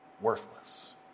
Worthless